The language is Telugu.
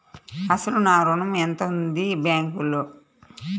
అసలు నా ఋణం ఎంతవుంది బ్యాంక్లో?